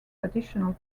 additional